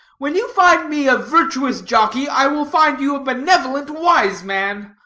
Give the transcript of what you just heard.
when you find me a virtuous jockey, i will find you a benevolent wise man.